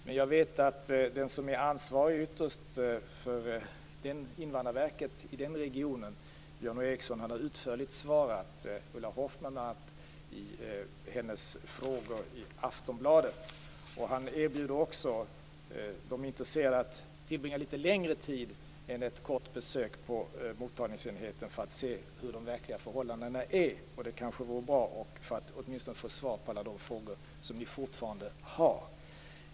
Men jag vet att den som är ytterst ansvarig för Invandrarverket i den regionen, Björn Eriksson, utförligt har svarat på Ulla Hoffmanns frågor i Aftonbladet. Han erbjuder också de intresserade att tillbringa litet längre tid än ett kort besök på mottagningsenheten för att se hur de verkliga förhållandena är. Det kanske vore bra för att åtminstone få svar på alla de frågor som ni fortfarande har.